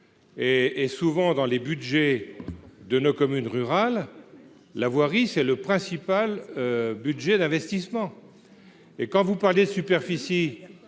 et souvent dans les Budgets de nos communes rurales, la voirie, c'est le principal budget d'investissement et quand vous parliez superficie